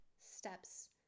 steps